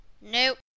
Nope